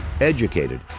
Educated